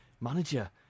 manager